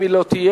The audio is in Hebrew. אם היא לא תהיה,